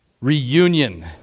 reunion